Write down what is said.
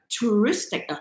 Touristic